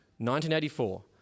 1984